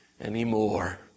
anymore